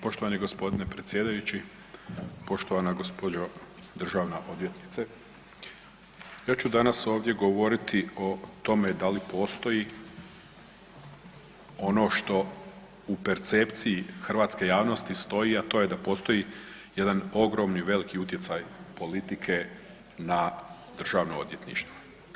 Poštovani gospodine predsjedajući, poštovana gospođo državna odvjetnice ja ću danas ovdje govoriti o tome da li postoji ono što u percepciji hrvatske javnosti stoji, a to je da postoji jedan ogromni veliki utjecaj politike na državno odvjetništvo.